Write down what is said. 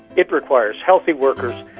it requires healthy workers.